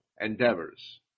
endeavors